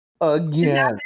again